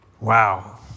Wow